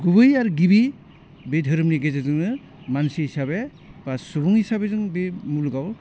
गुबै आरो गिबि बे धोरोमनि गेजेरजोंनो मानसि हिसाबौ बा सुबुं हिसाबै जों बे मुलुगाव